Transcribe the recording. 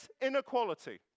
inequality